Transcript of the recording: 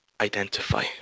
identify